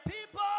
people